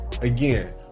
Again